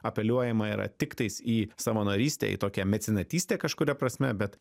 apeliuojama yra tiktais į savo narystę į tokią mecenatystę kažkuria prasme bet